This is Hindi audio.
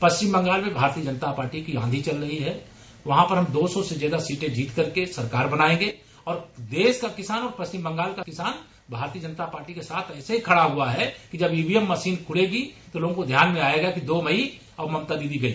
पश्चिम बंगाल में भारतीय जनता पार्टी की आंधी चल रही है वहां पर हम दो सौ से ज्यादा सीटें जीतकर सरकार बनायेंगे और देश का किसान और पश्चिम बंगाल का किसान भारतीय जनता पार्टी के साथ ऐसे खड़ा है जब ईवीएम मशीनें खूलेंगी तो लोगों को ध्यान में आयेगा कि दो मई और ममता दीदी गई